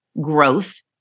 growth